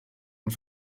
und